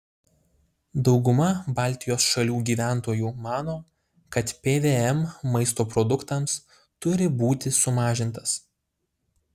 dauguma baltijos šalių gyventojų mano kad pvm maisto produktams turi būti sumažintas